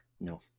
No